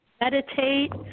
meditate